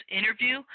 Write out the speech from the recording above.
interview